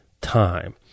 time